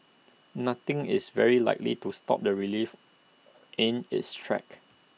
nothing is very likely to stop the relief in its tracks